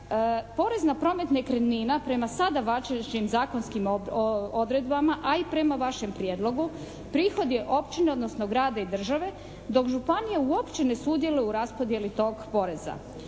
porez na promet nekretnina prema sada važećim zakonskim odredbama a i prema vašem prijedlogu, prihod je općine, odnosno grada i države dok županije uopće ne sudjeluju u raspodjeli tog poreza.